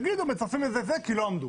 יגידו שמצרפים לזה כי לא עמדו.